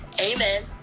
amen